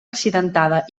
accidentada